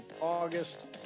August